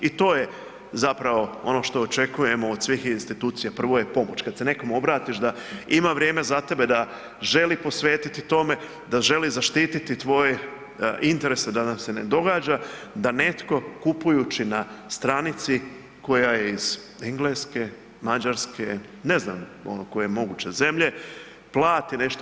I to je zapravo ono što očekujemo od svih institucija, prvo je pomoć, kad se nekom obratiš da ima vrijeme za tebe, da želi posvetiti tome, da želi zaštiti tvoje interese da nam se ne događa da netko kupujući na stranici koja je iz Engleske, Mađarske, ne znam koje moguće zemlje plati nešto.